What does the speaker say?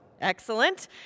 Excellent